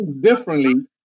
differently